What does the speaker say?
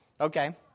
Okay